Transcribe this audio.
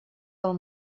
del